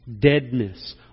deadness